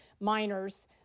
minors